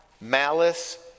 malice